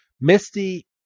Misty